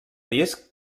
disc